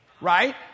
Right